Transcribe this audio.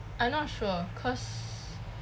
I'm not sure cause